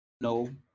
No